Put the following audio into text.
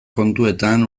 kontuetan